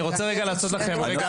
הסעיף